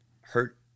hurt